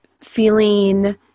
feeling